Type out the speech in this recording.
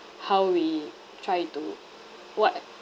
how we try to what